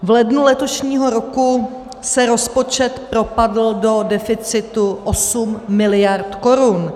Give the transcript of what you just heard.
V lednu letošního roku se rozpočet propadl do deficitu 8 mld. korun.